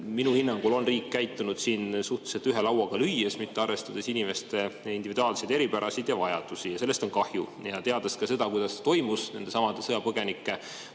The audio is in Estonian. minu hinnangul on riik käitunud siin suhteliselt ühe lauaga lüües, mitte arvestades inimeste individuaalseid eripärasid ja vajadusi. Ja sellest on kahju. Teades ka seda, kuidas toimus nendesamade sõjapõgenike,